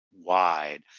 wide